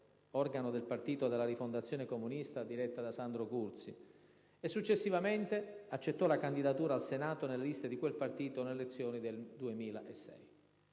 organo del Partito della Rifondazione Comunista diretto da Sandro Curzi, e successivamente accettò la candidatura al Senato nelle liste di quel partito nelle elezioni del 2006.